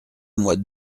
mois